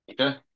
Okay